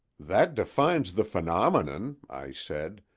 that defines the phenomenon, i said,